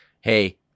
hey